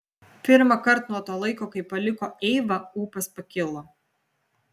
pirmąkart nuo to laiko kai paliko eivą ūpas pakilo